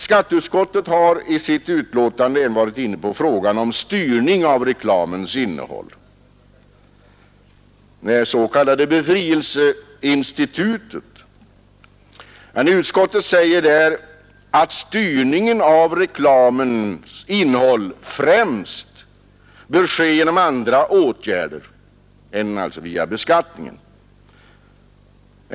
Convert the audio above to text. Skatteutskottet har i sitt betänkande även varit inne på frågan om styrning av reklamens innehåll — det s.k. befrielseinstitutet. Utskottet säger emellertid att styrningen av reklamens innehåll främst bör ske genom andra åtgärder än via beskattningen.